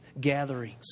gatherings